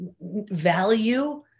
value